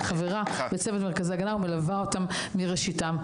וחברה בצוות מרכזי הגנה ומלווה אותם מראשיתם.